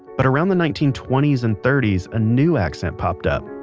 but around the nineteen twenty s and thirty s a new accent popped up,